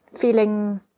feeling